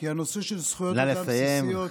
נא לסיים,